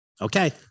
Okay